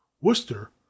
Worcester